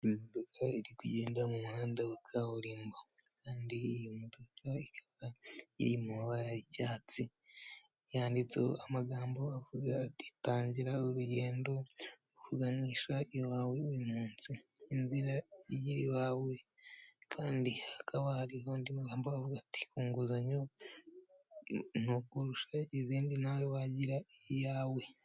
Iyi modoka iri kugenda mu muhanda wa kaburimbo kandi iyo modoka ikaba iri mu mabara y'icyatsi yanditseho amagambo avuga ati tangira urugendo rukuganisha iwawe uyu munsi, inzira igera iwawe kandi hakaba hariho andi magambo avuga ati ku nguzanyo nto kurusha izindi nawe wagira iyawe.